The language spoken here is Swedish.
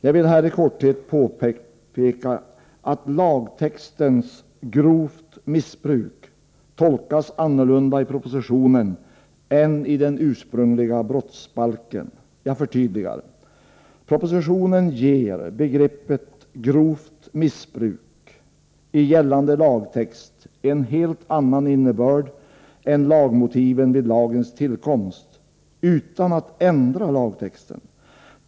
Jag vill här i korthet påpeka att lagtextens ”grovt missbruk” tolkas annorlunda i propositionen än i den ursprungliga formuleringen i brottsbalken. Jag förtydligar: Propositionen ger begreppet ”grovt missbruk” i gällande lagtext en helt annan innebörd än lagmotiven vid lagens tillkomst — utan att ändra lagtexten.